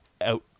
out